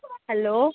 hello